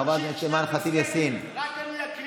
חברת הכנסת אימאן ח'טיב יאסין, בבקשה.